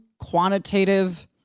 quantitative